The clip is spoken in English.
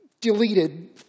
deleted